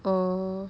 orh